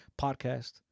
podcast